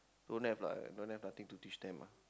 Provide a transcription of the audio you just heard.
don't have lah don't have nothing to teach them ah